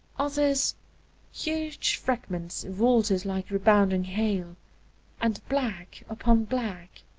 others huge fragments vaulted like rebounding hail and black upon black.